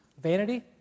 vanity